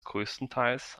größtenteils